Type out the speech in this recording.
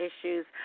issues